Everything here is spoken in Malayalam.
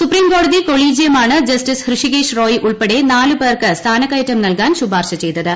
സുപ്രീംക്ക്ടോട്ടത്തി കോളീജിയമാണ് ജസ്റ്റിസ് ഹൃഷികേശ് റോയി ഉൾപ്പെടെ നാലു പ്പേർക്ക് സ്ഥാനക്കയറ്റം നൽകാൻ ശുപാർശ ചെയ്തത്